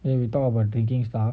then we talk about drinking stuff